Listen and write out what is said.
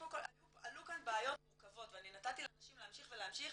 עלו כאן בעיות מורכבות ואני נתתי לאנשים להמשיך ולהמשיך,